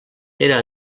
era